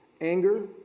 anger